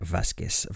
Vasquez